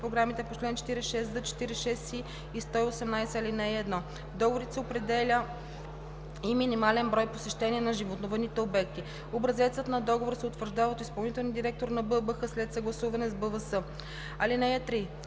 програмите по чл. 46з, 46и и 118, ал. 1. В договорите се определя и минимален брой посещения на животновъдните обекти. Образецът на договора се утвърждава от изпълнителния директор на БАБХ след съгласуване с БВС. (3)